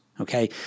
okay